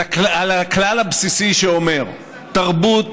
על הכלל הבסיסי שאומר: תרבות